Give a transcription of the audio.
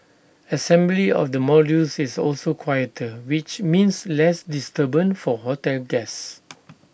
assembly of the modules is also quieter which means less disturbance for hotel guests